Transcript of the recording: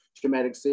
traumatic